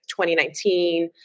2019